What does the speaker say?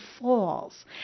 falls